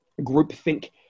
groupthink